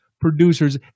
producers